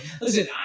Listen